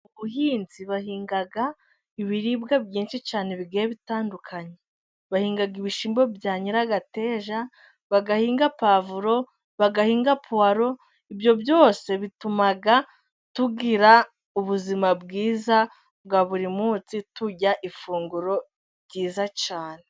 Mu buhinzi bahinga ibiribwa byinshi cyane bigiye bitandukanye, bahinga ibishyimbo bya nyiragateja, bahinga puwavuro, bahinga puwaro, ibyo byose bituma tugira ubuzima bwiza bwa buri munsi, turya ifunguro ryiza cyane.